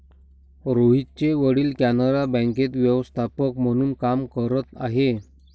रोहितचे वडील कॅनरा बँकेत व्यवस्थापक म्हणून काम करत आहे